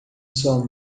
sua